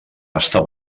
està